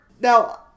Now